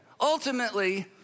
Ultimately